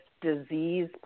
disease